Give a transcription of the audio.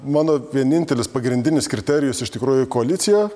mano vienintelis pagrindinis kriterijus iš tikrųjų koalicija